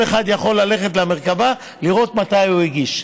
כל אחד יכול ללכת למרכב"ה לראות מתי הוא הגיש.